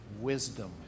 Wisdom